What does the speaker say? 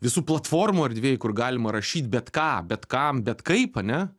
visų platformų erdvėj kur galima rašyt bet ką bet kam bet kaip ane